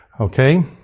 okay